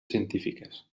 científiques